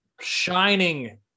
shining